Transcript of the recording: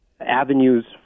avenues